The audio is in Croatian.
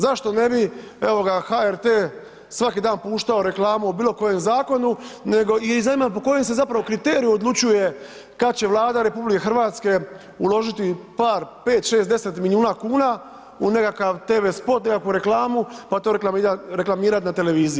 Zašto ne bi HRT svaki dan puštao reklamu o bilo kojem zakonu i zanima me po kojim se zapravo kriteriju odlučuje kad će Vlada RH uložiti par, 5, 6, 10 milijuna kuna u nekakav TV spot, nekakvu reklamu, pa to reklamirati na televiziji.